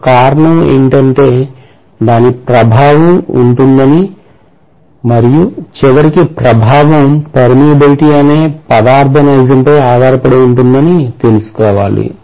ఒక కారణం ఉంటే దాని ప్రభావం ఉంటుందని మరియు చివరికి ప్రభావం permiability అనే పదార్థ నైజం పై ఆధారపడి ఉంటుందని తెలుసుకోవాలి